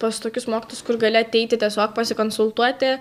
pas tokius mokytojus kur gali ateiti tiesiog pasikonsultuoti